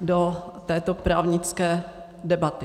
do této právnické debaty.